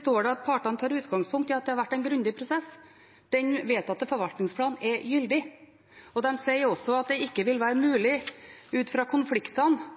står det at partene tar utgangspunkt i at det har vært en grundig prosess. Den vedtatte forvaltningsplanen er gyldig, og de sier også at det ikke vil være mulig ut fra konfliktene